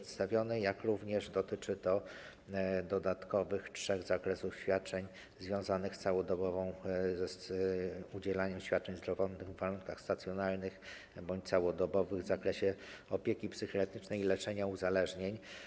Dotyczy to też dodatkowych trzech zakresów świadczeń związanych z całodobowym udzielaniem świadczeń zdrowotnych w warunkach stacjonarnych bądź całodobowych w zakresie opieki psychiatrycznej i leczenia uzależnień.